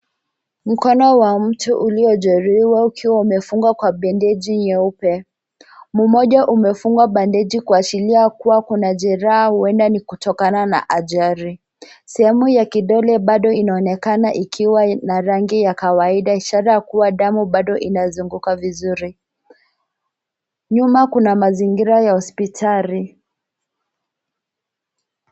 Mkono wa mtu uliojeruhiwa ukiwa umefungwa kwa bendeji nyeupe. Mmoja umefungwa bandeji kuashiria kuwa kuna jeraha huenda ni kutokana na ajali. Sehemu ya kidole bado inaonekana ikiwa na rangi ya kawaida ishara kuwa damu bado inazunguka vizuri. Nyuma kuna mazingira ya hospitali.